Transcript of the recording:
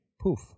poof